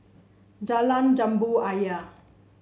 Jalan Jambu Ayer